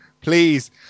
Please